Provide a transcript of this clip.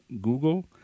Google